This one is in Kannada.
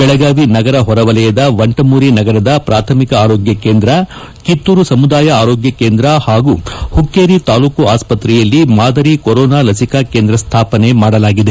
ಬೆಳಗಾವಿ ನಗರ ಹೊರವಲಯದ ವಂಟಮೂರಿ ನಗರದ ಪ್ರಾಥಮಿಕ ಆರೋಗ್ಯ ಕೇಂದ್ರ ಕಿತ್ತೂರು ಸಮುದಾಯ ಆರೋಗ್ಯ ಕೇಂದ್ರ ಹಾಗೂ ಹುಕ್ಕೇರಿ ತಾಲ್ಲೂಕು ಆಸ್ಪತ್ರೆಯಲ್ಲಿ ಮಾದರಿ ಕೊರೊನಾ ಲಸಿಕಾ ಕೇಂದ್ರ ಸ್ಲಾಪನೆ ಮಾಡಲಾಗಿದೆ